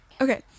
Okay